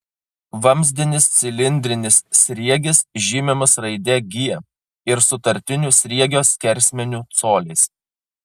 vamzdinis cilindrinis sriegis žymimas raide g ir sutartiniu sriegio skersmeniu coliais